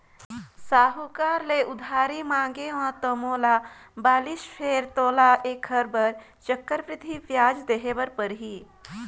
साहूकार ले उधारी मांगेंव त मोला बालिस फेर तोला ऐखर बर चक्रबृद्धि बियाज देहे बर परही